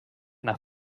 nach